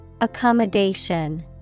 Accommodation